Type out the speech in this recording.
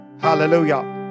Hallelujah